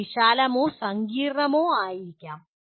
ചിലത് വിശാലമോ സങ്കീർണ്ണമോ ആയിരിക്കാം